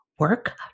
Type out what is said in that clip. work